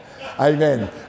Amen